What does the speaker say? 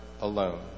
alone